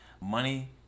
Money